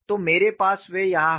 तो मेरे पास वे यहाँ हैं